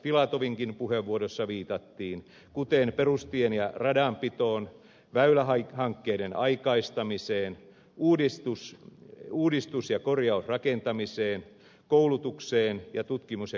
filatovinkin puheenvuorossa viitattiin kuten perustien ja radanpitoon väylähankkeiden aikaistamiseen uudis ja korjausrakentamiseen koulutukseen ja tutkimus ja kehitystoimintaan